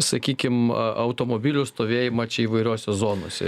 sakykim automobilių stovėjimą čia įvairiose zonose